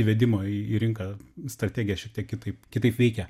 įvedimo į į rinką strategija šitiek kitaip kitaip veikia